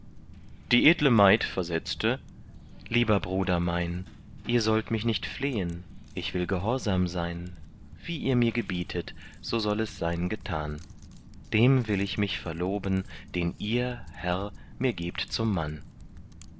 die edle maid versetzte lieber bruder mein ihr sollt mich nicht flehen ich will gehorsam sein wie ihr mir gebietet so soll es sein getan dem will ich mich verloben den ihr herr mir gebt zum mann